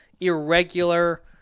irregular